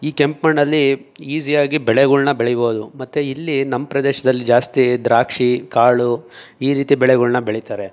ಈ ಕೆಂಪು ಮಣ್ಣಲ್ಲಿ ಈಸಿಯಾಗಿ ಬೆಳೆಗಳನ್ನ ಬೆಳೀಬೋದು ಮತ್ತು ಇಲ್ಲಿ ನಮ್ಮ ಪ್ರದೇಶ್ದಲ್ಲಿ ಜಾಸ್ತಿ ದ್ರಾಕ್ಷಿ ಕಾಳು ಈ ರೀತಿ ಬೆಳೆಗಳನ್ನ ಬೆಳೀತಾರೆ